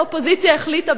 והאופוזיציה החליטה,